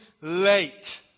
late